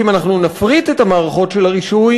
כי אם אנחנו נפריט את המערכות של הרישוי,